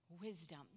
wisdom